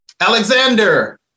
Alexander